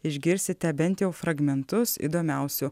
išgirsite bent jau fragmentus įdomiausių